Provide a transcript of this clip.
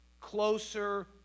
closer